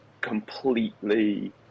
completely